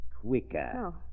quicker